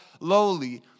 lowly